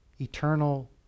Eternal